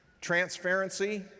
transparency